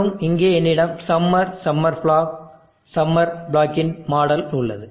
மற்றும் இங்கே என்னிடம் சம்மர் சம்மர் பிளாக் சம்மர் பிளாக்கின் மாடல் உள்ளது